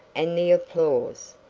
and the applause.